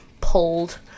pulled